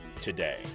today